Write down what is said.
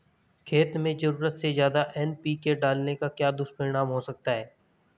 खेत में ज़रूरत से ज्यादा एन.पी.के डालने का क्या दुष्परिणाम हो सकता है?